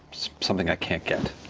something i can't get.